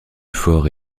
fort